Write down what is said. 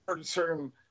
certain